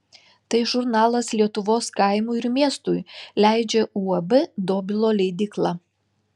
tai žurnalas lietuvos kaimui ir miestui leidžia uab dobilo leidykla